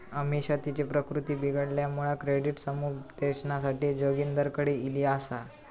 अमिषा तिची प्रकृती बिघडल्यामुळा क्रेडिट समुपदेशनासाठी जोगिंदरकडे ईली आसा